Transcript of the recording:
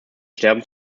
sterben